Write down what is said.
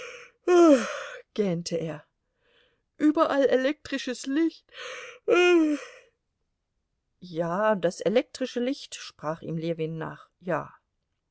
gähnte er überall elektrisches licht aah ja das elektrische licht sprach ihm ljewin nach ja